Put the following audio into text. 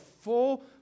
full